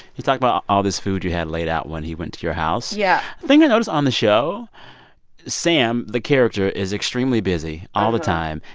he talked about all this food you had laid out when he went to your house. the yeah thing i notice on the show sam the character is extremely busy all the time,